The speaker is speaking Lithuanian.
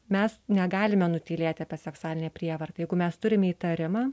mes negalime nutylėti apie seksualinę prievartą jeigu mes turime įtarimą